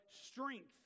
strength